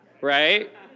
right